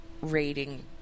rating